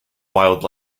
wild